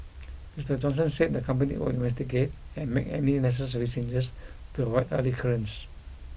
Mister Johnson said the company would investigate and make any necessary changes to avoid a recurrence